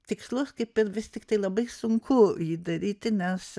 tikslus kaip ir vis tik tai labai sunku jį daryti nes